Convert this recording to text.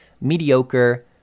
mediocre